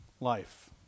life